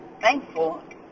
thankful